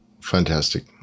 Fantastic